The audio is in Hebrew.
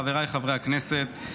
חבריי חברי הכנסת,